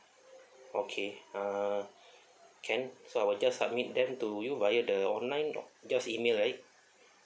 okay uh can so I will just submit them to you via the online or just email right